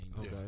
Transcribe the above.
Okay